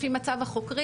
לפי מצב החוקרים.